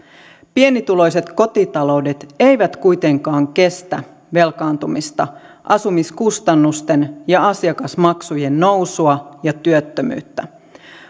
pienituloiset kotitaloudet eivät kuitenkaan kestä velkaantumista asumiskustannusten ja asiakasmaksujen nousua ja työttömyyttä